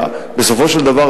בסופו של דבר,